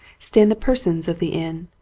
stand the persons of the inn.